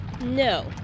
No